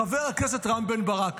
חבר הכנסת רם בן ברק,